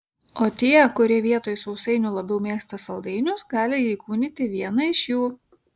o tie kurie vietoj sausainių labiau mėgsta saldainius gali įkūnyti vieną iš jų